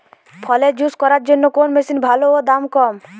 ফলের জুস করার জন্য কোন মেশিন ভালো ও দাম কম?